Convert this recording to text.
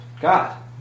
God